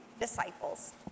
disciples